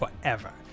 forever